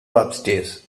upstairs